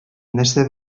нәрсә